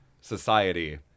society